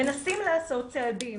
מנסים לעשות צעדים.